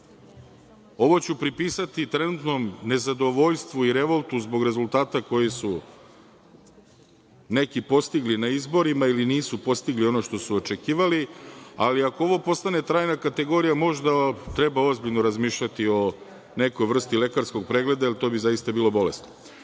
Ovo ću pripisati trenutnom nezadovoljstvu i revoltu zbog rezultata koji su neki postigli na izborima ili nisu postigli ono što su očekivali, ali ako ovo postane trajna kategorija, možda treba ozbiljno razmišljati o nekoj vrsti lekarskog pregleda, jer to bi zaista bilo bolesno.